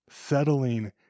Settling